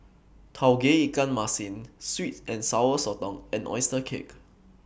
Tauge Ikan Masin Sweet and Sour Sotong and Oyster Cake